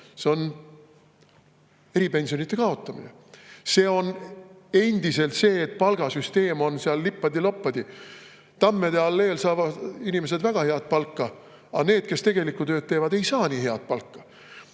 See on eripensionide kaotamine, see on endiselt see, et palgasüsteem on seal lippadi-loppadi. Tammede alleel saavad inimesed väga head palka, aga need, kes tegelikku tööd teevad, ei saa nii head palka.